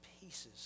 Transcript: pieces